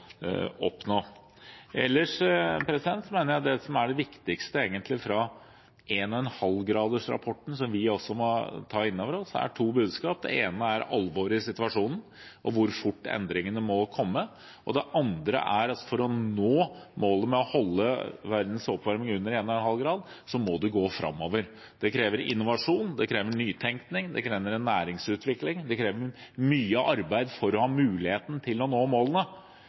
oppnå. Ellers mener jeg at det som er det viktigste fra 1,5-gradersrapporten, som vi også må ta inn over oss, er to budskap: Det ene er alvoret i situasjonen og hvor fort endringene må komme. Det andre er at for å nå målet om å holde verdens oppvarming under 1,5 grader må det gå framover. Det krever innovasjon, det krever nytenkning, det krever næringsutvikling, det krever mye arbeid for å ha muligheten til å nå målene.